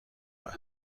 بود